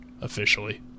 officially